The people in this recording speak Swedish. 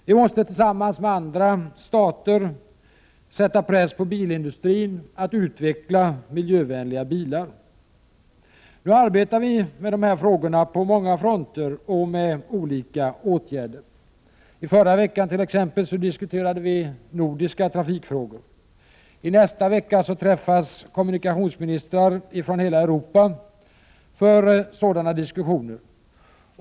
Vi måste tillsammans med andra stater sätta press på bilindustrin att utveckla miljövänliga bilar. Vi arbetar med dessa frågor på många fronter med olika åtgärder. I förra veckan diskuterades nordiska trafikfrågor. I nästa vecka träffas kommunikationsministrar från hela Europa för motsvarande diskussioner.